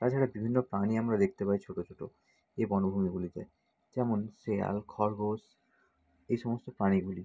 তাছাড়া বিভিন্ন প্রাণী আমরা দেখতে পাই ছোটো ছোটো এই বনভূমিগুলিতে যেমন শেয়াল খরগোশ এই সমস্ত প্রাণীগুলি